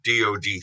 dod